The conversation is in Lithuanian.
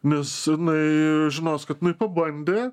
nes jinai žinos kad jinai pabandė